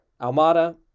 Almada